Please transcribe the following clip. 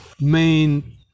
main